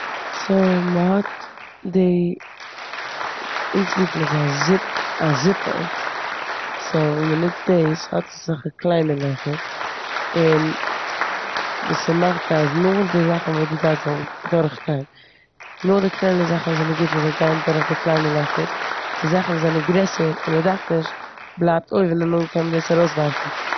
סאו מ'האט די- אונז רופן עס א זיפל, סאו ווען מ'נוצט דאס האט עס אזעלכע קליינע לעכער און וואס ס'מאכט אז נאר די זאכן וואס די דארפסט זאלן דורכגיין, נאר די קלענערע זאכן וואס זענען גוט פאר דיך גייען דורך די קליינע לעכער. די זאכן וואס זענען גרעסער און מ'דארף נישט בלייבט אויבן און נאכדעם קען מען עס ארויסווארפן.